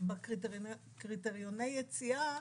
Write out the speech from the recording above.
בקריטריוני יציאה.